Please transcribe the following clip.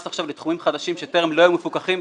עכשיו לתחומים חדשים שטרם היו מפוקחים,